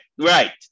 right